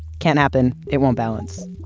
can't happen. it won't balance.